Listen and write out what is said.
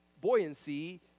buoyancy